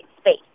space